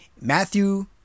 Matthew